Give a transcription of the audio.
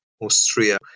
Austria